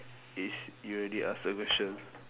is you already ask a question